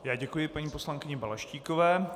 Já děkuji paní poslankyni Balaštíkové.